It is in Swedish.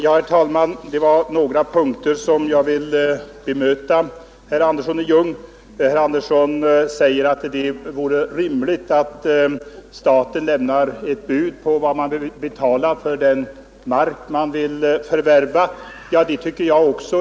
Herr talman! Jag vill bemöta herr Andersson i Ljung på några punkter. Herr Andersson säger att det vore rimligt att staten lämnade besked om vad den vill betala för den mark som den vill förvärva. Det tycker jag också.